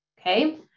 Okay